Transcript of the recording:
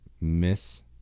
miss